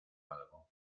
algo